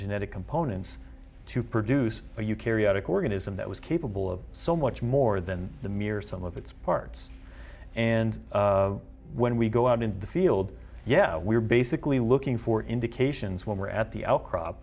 genetic components to produce or you carry out a corgan ism that was capable of so much more than the mere sum of its parts and when we go out into the field yeah we're basically looking for indications when we're at the outcr